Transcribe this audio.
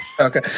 Okay